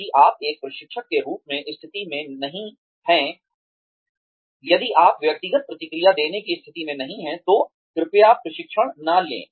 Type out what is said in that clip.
यदि आप एक प्रशिक्षक के रूप में स्थिति में नहीं हैं यदि आप व्यक्तिगत प्रतिक्रिया देने की स्थिति में नहीं हैं तो कृपया प्रशिक्षण न लें